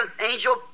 angel